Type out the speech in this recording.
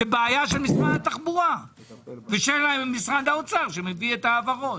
זה בעיה של משרד התחבורה ושל משרד האוצר שמביא את ההעברות.